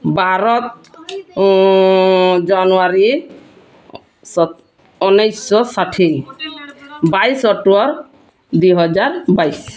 ବାର ଜାନୁୟାରୀ ଉଣେଇଶହ ଷାଠିଏ ବାଇଶ ଅକ୍ଟୋବର ଦୁଇ ହଜାର ବାଇଶ